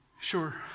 Sure